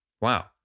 Wow